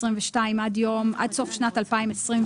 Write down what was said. ועד סוף שנת 2024,